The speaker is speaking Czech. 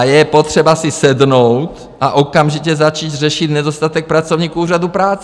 Je potřeba si sednout a okamžitě začít řešit nedostatek pracovníků úřadu práce.